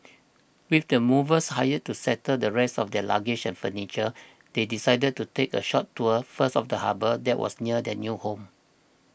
with the movers hired to settle the rest of their luggage and furniture they decided to take a short tour first of the harbour that was near their new home